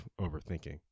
overthinking